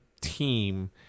team